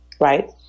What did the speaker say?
right